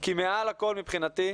כי מעל הכול מבחינתי,